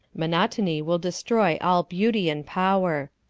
monotony will destroy all beauty and power.